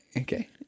Okay